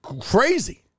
crazy